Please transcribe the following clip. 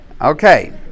Okay